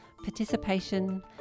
participation